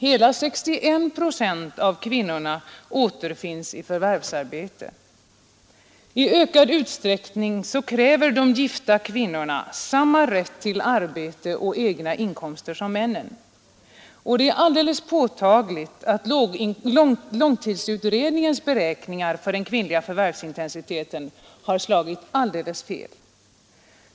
Hela 61 procent av kvinnorna återfinns i förvärvsarbete. I ökad utsträckning kräver de gifta kvinnorna samma rätt till arbete och egna inkomster som männen. Alldeles påtagligt är att långtidsutredningens beräkningar för den kvinnliga förvärvsintensiteten har slagit alldeles fel.